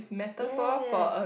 yes yes